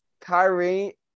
Kyrie